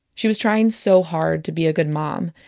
she was trying so hard to be a good mom.